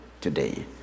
today